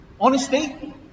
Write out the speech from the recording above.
Honesty